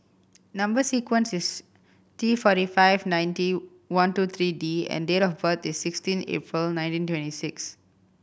number sequence is T forty five ninety one two three D and date of birth is sixteen April nineteen twenty six